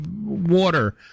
water